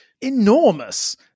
Enormous